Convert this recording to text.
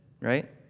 Right